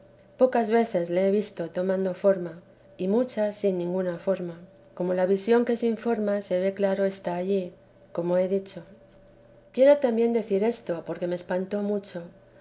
pocas veces lo he visto tomando forma y muchas sin ninguna forma como la visión que sin forma se ve claro está allí como he dicho quiero también decir esto porque me espantó mucho